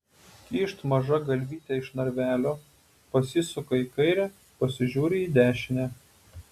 kyšt maža galvytė iš narvelio pasisuka į kairę pasižiūri į dešinę